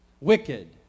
Wicked